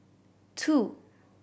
two